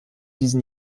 diesen